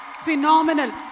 phenomenal